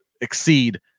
exceed